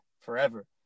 forever